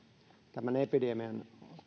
tämän epidemian